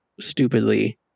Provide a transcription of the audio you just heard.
stupidly